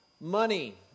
money